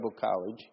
college